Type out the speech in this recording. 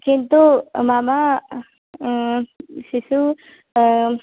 किन्तु मम शिशु